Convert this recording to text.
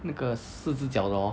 那个四只脚的 hor